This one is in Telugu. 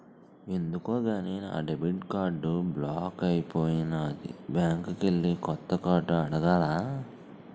ఎందుకో గాని నా డెబిట్ కార్డు బ్లాక్ అయిపోనాది బ్యాంకికెల్లి కొత్త కార్డు అడగాల